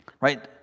right